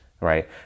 Right